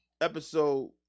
episode